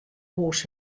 hûs